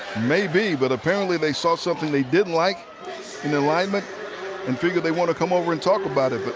maybe. but apparently they saw something they didn't like in the alignment and figured they want to come over and talk about it. but